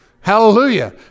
Hallelujah